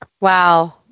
Wow